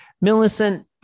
Millicent